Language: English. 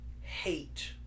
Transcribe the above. hate